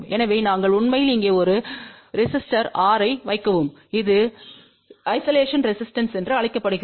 எனவே நாங்கள் உண்மையில் இங்கே ஒரு ரெசிஸ்டோர் R ஐ வைக்கவும் அது ஐசோலேஷன் ரெசிஸ்டன்ஸ் என்றும் அழைக்கப்படுகிறது